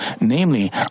Namely